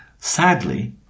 Sadly